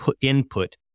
input